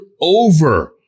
over